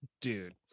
Dude